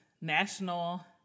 National